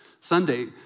Sunday